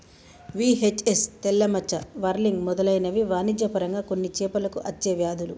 VHS, తెల్ల మచ్చ, whirling మెదలైనవి వాణిజ్య పరంగా కొన్ని చేపలకు అచ్చే వ్యాధులు